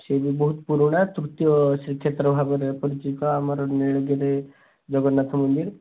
ସିଏ ବି ବହୁତ ପୁରୁଣା ତୃତୀୟ ଶ୍ରୀକ୍ଷେତ୍ର ଭାବରେ ପରିଚିତ ଆମର ନୀଳଗିରି ଜଗନ୍ନାଥ ମନ୍ଦିର